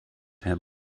herr